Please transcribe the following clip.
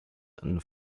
and